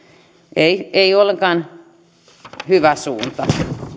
ei ei ollenkaan hyvä suunta